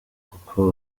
kuko